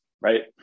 right